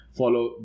follow